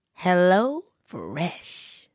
HelloFresh